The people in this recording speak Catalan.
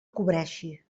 cobreixi